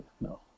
no